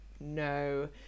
No